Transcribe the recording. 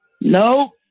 No